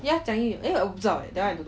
ya 讲英语 eh 我不知道 eh that [one] I don't know